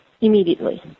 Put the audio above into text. immediately